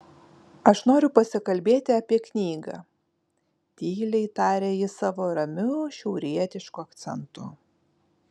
aš noriu pasikalbėti apie knygą tyliai taria jis savo ramiu šiaurietišku akcentu